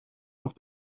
auf